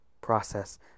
process